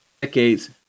decades